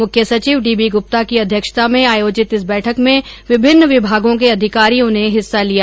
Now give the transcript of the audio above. मुख्य सचिव D B Gupta की अध्यक्षता में आयोजित इस बैठक में विभिन्न विभागों के अधिकारियों ने हिस्सा लिया